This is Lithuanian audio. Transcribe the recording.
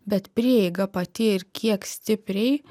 bet prieiga pati ir kiek stipriai